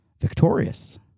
victorious